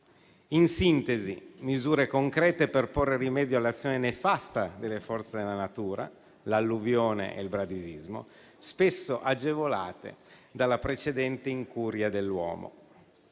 in sintesi, di misure concrete per porre rimedio all'azione nefasta delle forze della natura - l'alluvione e il bradisismo - spesso agevolate dalla precedente incuria dell'uomo.